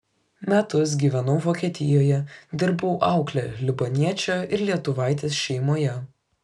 metus gyvenau vokietijoje dirbau aukle libaniečio ir lietuvaitės šeimoje